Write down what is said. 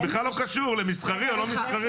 זה בכלל לא קשור למסחרי או לא מסחרי.